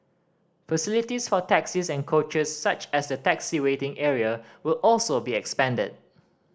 facilities for taxis and coaches such as the taxi waiting area will also be expanded